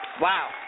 Wow